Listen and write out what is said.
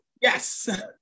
Yes